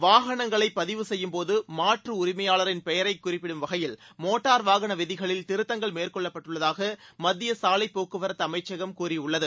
வாகனங்களை பதிவு செய்யும்போது மாற்று உரிமையாளரின் பெயரை குறிப்பிடும் வகையில் மோட்டார் வாகன விதிகளில் திருத்தங்கள் மேற்கொள்ளப்பட்டுள்ளதாக மத்திய சாலைப்போக்குவரத்து அமைச்சகம் கூறியுள்ளது